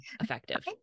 effective